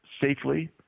safely